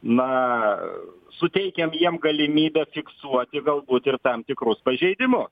na suteikiam jiem galimybę fiksuoti galbūt ir tam tikrus pažeidimu